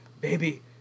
baby